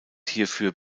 hierfür